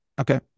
Okay